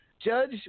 Judge